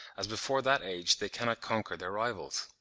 as before that age they cannot conquer their rivals.